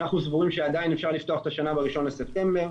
אנחנו סבורים שעדיין אפשר לפתוח את השנה ב-1 לספטמבר,